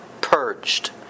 purged